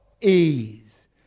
ease